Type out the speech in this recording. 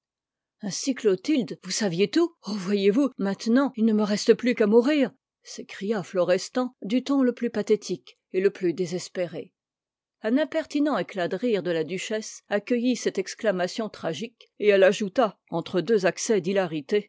ainsi clotilde vous saviez tout oh voyez-vous maintenant il ne me reste plus qu'à mourir s'écria florestan du ton le plus pathétique et le plus désespéré un impertinent éclat de rire de la duchesse accueillit cette exclamation tragique et elle ajouta entre deux accès d'hilarité